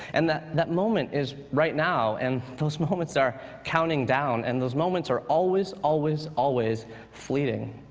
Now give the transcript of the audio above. and that that moment is right now, and those moments are counting down, and those moments are always, always, always fleeting.